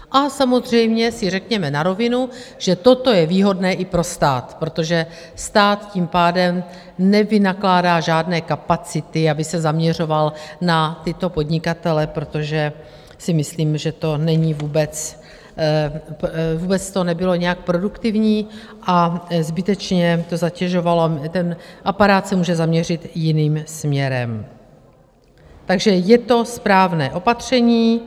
A samozřejmě si řekněme na rovinu, že toto je výhodné i pro stát, protože stát tím pádem nevynakládá žádné kapacity, aby se zaměřoval na tyto podnikatele, protože si myslím, že to vůbec nebylo nijak produktivní a zbytečně to zatěžovalo ten aparát, který se může zaměřit jiným směrem, takže je to správné opatření.